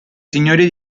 signoria